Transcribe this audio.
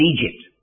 Egypt